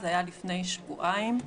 זה היה לפני שבועיים,